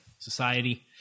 society